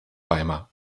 weimar